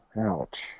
ouch